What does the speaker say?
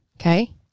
Okay